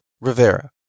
Rivera